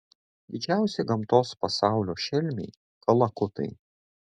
didžiausi gamtos pasaulio šelmiai kalakutai